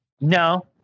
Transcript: No